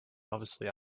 obviously